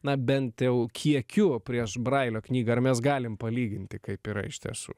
na bent jau kiekiu prieš brailio knyga ar mes galim palyginti kaip yra iš tiesų